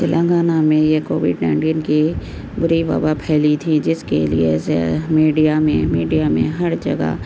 تلنگانہ میں یہ covid nineteen کی بری وباع پھیلی تھی جس کے لیے سے میڈیا میں میڈیا میں ہر جگہ